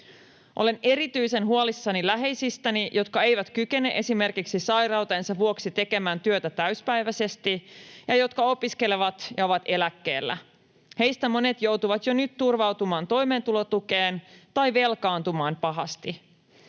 Olen erityisen huolissani läheisistäni, jotka eivät kykene esimerkiksi sairautensa vuoksi tekemään työtä täyspäiväisesti ja jotka opiskelevat ja ovat eläkkeellä. Heistä monet joutuvat jo nyt turvautumaan toimeentulotukeen tai velkaantumaan pahasti.